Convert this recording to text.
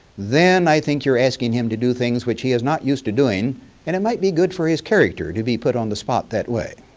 then i think you're asking him to do things which he is not used to doing and it might be good for his character to be put on the spot that way.